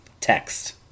text